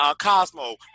Cosmo